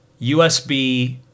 USB